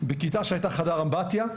בכיתה שהייתה חדר אמבטיה.